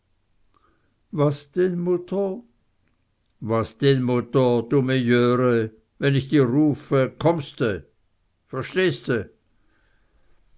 was denn mutter was denn mutter dumme jöre wenn ich dir rufe kommste